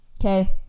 okay